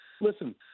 listen